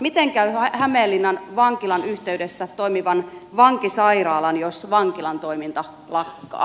miten käy hämeenlinnan vankilan yhteydessä toimivan vankisairaalan jos vankilan toiminta lakkaa